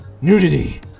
nudity